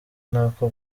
nako